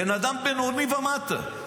בן אדם בינוני ומטה.